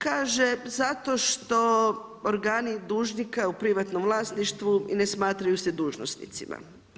Kaže, zato što organi dužnika u privatnom vlasništvu ne smatraju se dužnosnicima.